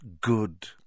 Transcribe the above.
good